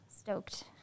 Stoked